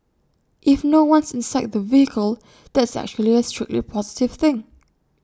if no one's inside the vehicle that's actually A strictly positive thing